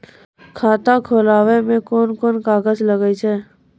खाता खोलावै मे कोन कोन कागज लागै छै?